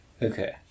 Okay